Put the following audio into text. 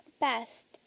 best